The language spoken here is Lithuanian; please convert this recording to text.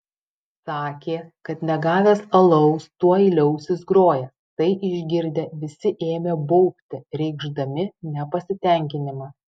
sakė kad negavęs alaus tuoj liausis grojęs tai išgirdę visi ėmė baubti reikšdami nepasitenkinimą